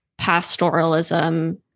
pastoralism